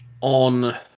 on